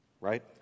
right